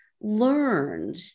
learned